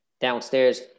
downstairs